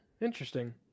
Interesting